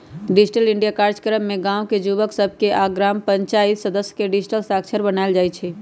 digital India काजक्रम में गाम के जुवक सभके आऽ ग्राम पञ्चाइत सदस्य के डिजिटल साक्षर बनाएल जाइ छइ